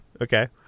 okay